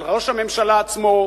על ראש הממשלה עצמו,